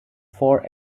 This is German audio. four